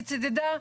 היא צידדה,